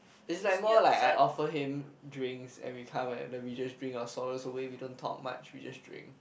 is like more like I offer him drinks and we come and then we just drink our sorrows away we don't talk much we just drink